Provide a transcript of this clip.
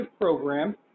program